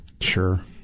Sure